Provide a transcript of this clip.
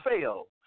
fail